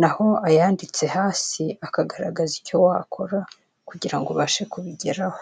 naho ayanditse hasi akagaragaza icyo wakora kugira ngo ubashe kubigeraho.